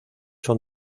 son